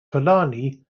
fulani